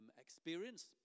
experience